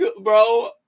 bro